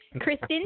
Kristen